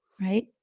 Right